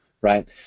right